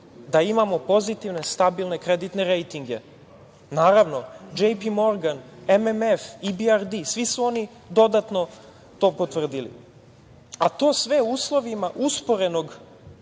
da imamo pozitivne, stabilne, kreditne rejtinge. Naravno, "Džej-Pi Morgan", MMF, IBRD, svi su oni dodatno to potvrdili. A to sve u uslovima usporenog